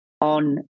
on